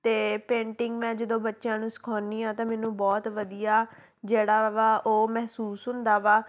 ਅਤੇ ਪੇਂਟਿੰਗ ਮੈਂ ਜਦੋਂ ਬੱਚਿਆਂ ਨੂੰ ਸਿਖਾਉਂਦੀ ਹਾਂ ਤਾਂ ਮੈਨੂੰ ਬਹੁਤ ਵਧੀਆ ਜਿਹੜਾ ਵਾ ਉਹ ਮਹਿਸੂਸ ਹੁੰਦਾ ਵਾ